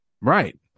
right